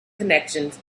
connections